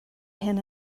hyn